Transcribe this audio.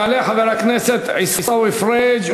יעלה חבר הכנסת עיסאווי פריג',